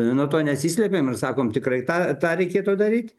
nuo to nesislepiam ir sakom tikrai tą tą reikėtų daryt